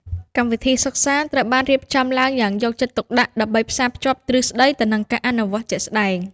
កម្មវិធីសិក្សាត្រូវបានរៀបចំឡើងយ៉ាងយកចិត្តទុកដាក់ ដើម្បីផ្សារភ្ជាប់ទ្រឹស្តីទៅនឹងការអនុវត្តជាក់ស្តែង។